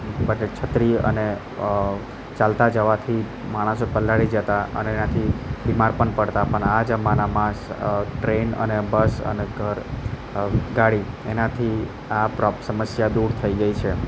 માટે છત્રી અને ચાલતા જવાથી માણસો પલળી જતા અને એનાથી બીમાર પન પડતા પન આ જમાનામાં ટ્રેન અને બસ અને ઘર ગાડી એનાથી આ પ્રો સમસ્યા દૂર થઈ ગઈ છે